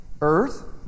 Earth